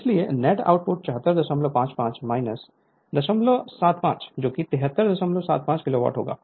इसलिए net output 7455 075 7375 kilowatt होगा